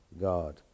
God